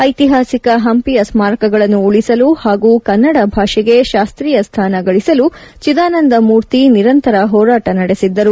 ಐತಿಹಾಸಿಕ ಹಂಪಿಯ ಸ್ನಾರಕಗಳನ್ನು ಉಳಿಸಲು ಹಾಗೂ ಕನ್ನಡ ಭಾಷೆಗೆ ಶಾಸ್ತೀಯ ಸ್ಥಾನ ಗಳಿಸಲು ಚಿದಾನಂದಮೂರ್ತಿ ನಿರಂತರ ಹೋರಾಟ ಮಾಡಿದ್ದರು